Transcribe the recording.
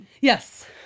Yes